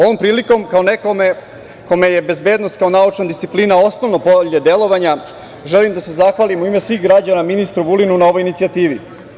Ovom prilikom kao nekome kome je bezbednost kao naučna disciplina osnovno polje delovanja, želim da se zahvalim u ime svih građana ministru Vulinu na ovoj inicijativi.